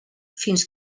fins